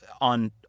on